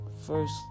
first